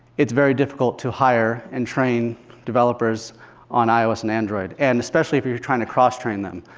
it's very difficult to hire and train developers on ios and android, and especially if you're you're trying to cross train them.